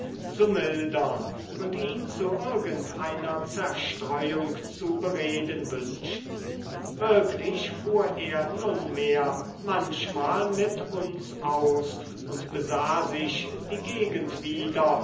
zu mildern und ihn zu irgend einer zerstreuung zu bereden wünschten wirklich fuhr er nunmehr manchmal mit uns aus und besah sich die gegend wieder